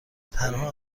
تنها